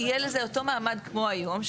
שכן יהיה לזה אותו מעמד כמו היום,